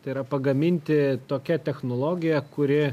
tai yra pagaminti tokia technologija kuri